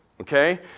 Okay